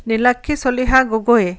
Nilakshi Chaliha Gogoi